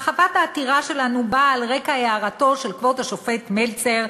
הרחבת העתירה שלנו באה על רקע הערתו של כבוד השופט מלצר,